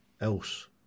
else